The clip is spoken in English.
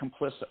complicit